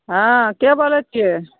हँ के बोलै छियै